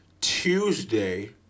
Tuesday